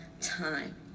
time